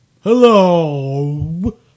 Hello